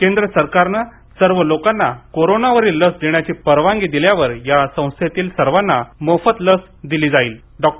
केंद्र सरकारनं सर्व लोकांना करोनावरील लस देण्यास परवानगी दिल्यावर या संस्थेतील सर्वाना मोफत लस दिली जाईल डॉ